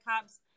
cops